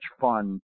fun